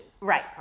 Right